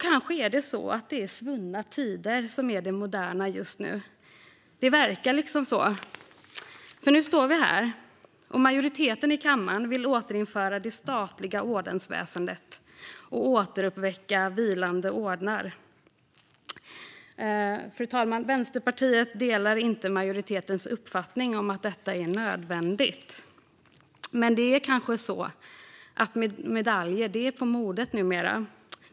Kanske är det så att det är svunna tider som är det moderna just nu. Det verkar så, för nu står vi här med en majoritet i kammaren som vill återinföra det statliga ordensväsendet och återuppväcka vilande ordnar. Vänsterpartiet delar inte majoritetens uppfattning om att detta är nödvändigt, fru talman. Men kanske är det så att medaljer är på modet numera.